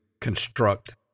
construct